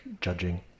judging